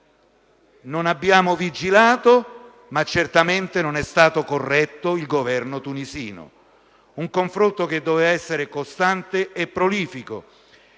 Non abbiamo vigilato, ma certamente non è stato corretto il Governo tunisino. Il confronto, che doveva essere costante e prolifico,